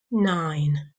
nine